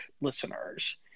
listeners